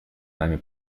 нами